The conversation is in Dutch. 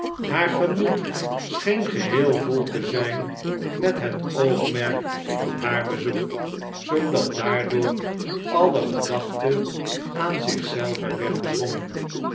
verlegen haargemoed scheen geheel vol te zijn met het oogmerk van haar bezoek zoodat daardoor alle gedachte aan zich zelve werd bedwongen